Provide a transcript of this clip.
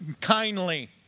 Kindly